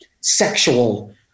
sexual